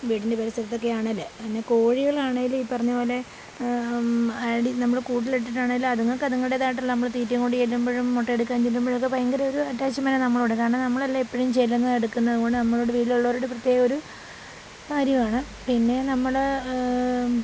വീടിൻ്റെ പരിസരത്തൊക്കെ ആണേൽ അങ്ങനെ കോഴികൾ ആണേൽ ഈ പറഞ്ഞ പോലെ അടി നമ്മൾ കൂട്ടിലിട്ടിട്ടാണേൽ അത്ങ്ങൾക്ക് അത്ങ്ങൾടെത് ആയിട്ടുള്ള നമ്മൾ തീറ്റെം കുടിം ചെല്ലുമ്പോഴും മുട്ട എടുക്കാൻ ചെല്ലുമ്പോഴും ഒക്കെ ഭയങ്കര ഒരു അറ്റാച്ച്മെൻറ്റാ നമ്മളോട് കാരണം നമ്മളല്ലെ എപ്പോഴും ചെല്ലുന്നത് അടുക്കുന്നത് അതുകൊണ്ട് നമ്മളോട് വീട്ടിലുള്ളവരോട് പ്രത്യേകമൊരു കാര്യമാണ് പിന്നെ നമ്മൾ